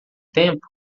tempo